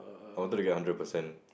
I wanted to get a hundred percent